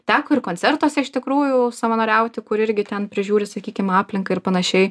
teko ir koncertuose iš tikrųjų savanoriauti kur irgi ten prižiūri sakykim aplinką ir panašiai